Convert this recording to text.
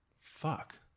fuck